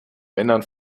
männern